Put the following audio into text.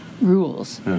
rules